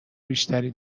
بیشتری